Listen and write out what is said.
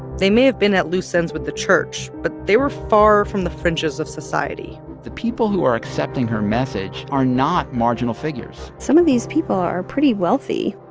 they may have been at loose ends with the church, but they were far from the fringes of society the people who are accepting her message are not marginal figures some of these people are pretty wealthy